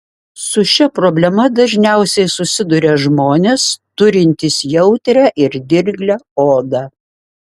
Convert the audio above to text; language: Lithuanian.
su šia problema dažniausiai susiduria žmonės turintys jautrią ir dirglią odą